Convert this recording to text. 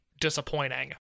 disappointing